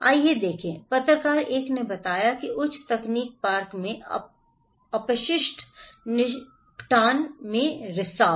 आइए देखें पत्रकार 1 ने बताया कि उच्च तकनीक पार्क में अपशिष्ट निपटान में रिसाव